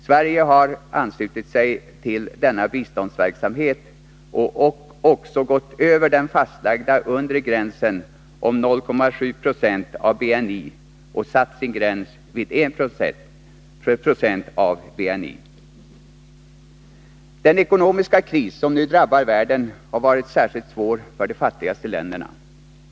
Sverige har anslutit sig till denna biståndsverksamhet och också gått över den fastlagda undre gränsen 0,7 20 av BNI och satt sin gräns vid 1 90 av BNI. Den ekonomiska kris som nu drabbar världen har varit särskilt svår för de fattigaste länderna.